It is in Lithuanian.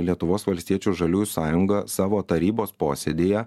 lietuvos valstiečių žaliųjų sąjunga savo tarybos posėdyje